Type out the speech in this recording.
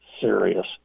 serious